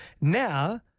Now